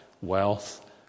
wealth